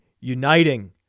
uniting